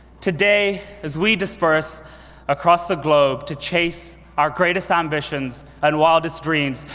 today, as we disperse across the globe to chase our greatest ambitions and wildest dreams,